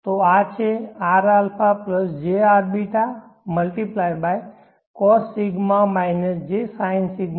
તો આ છે rα j rβcos ρ j sin ρ